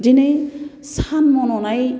दिनै सान मन'नाय